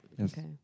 okay